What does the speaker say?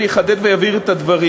אני אחדד ואבהיר את הדברים,